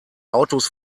autos